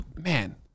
Man